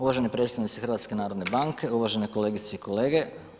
Uvaženi predstavnici HNB-a, uvažene kolegice i kolege.